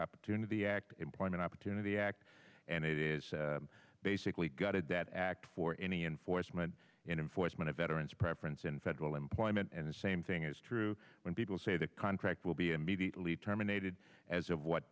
opportunity act employment opportunity act and it is basically gutted that act for any enforcement in enforcement of veteran's preference in federal employment and same thing is true when people say the contract will be immediately terminated as of what